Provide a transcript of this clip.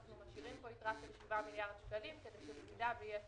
אנחנו משאירים פה יתרה של 7 מיליארד שקלים כדי שבמידה ויהיה צורך,